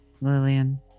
Lillian